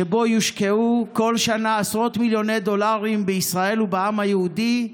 שבו יושקעו כל שנה עשרות מיליוני דולרים בישראל ובעם היהודי.